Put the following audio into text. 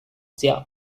武将